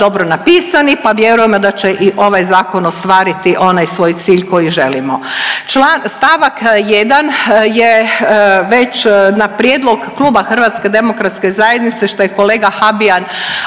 dobro napisani, pa vjerujemo da će i ovaj zakon ostvariti onaj svoj cilj koji želimo. Stavak 1. je već na prijedlog kluba Hrvatske demokratske zajednice što je kolega Habijan